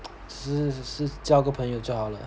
是是交个朋友就好了